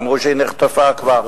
אמרו שהיא נחטפה כבר.